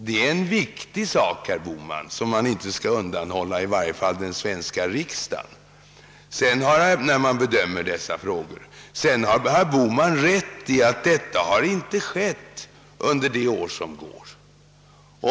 Det är en viktig sak, som man inte bör undanhålla den svenska riksdagen när man uttalar sig i dessa frågor. Herr Bohman har rätt i att någon tillämpning inte har skett under de år som gått.